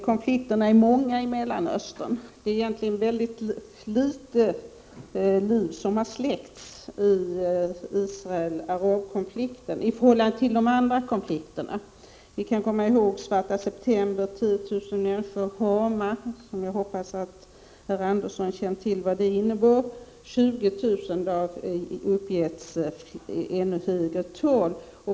Konflikterna är många i Mellanöstern, och det är egentligen få liv som har släckts i Israel-arab-konflikten i förhållande till i de andra konflikterna. Vi kan komma ihåg Svarta september, 10 000 människor, och Hamah, som jag hoppas att herr Andersson känner till vad det innebar, 20000 människor — det har uppgetts ännu högre tal.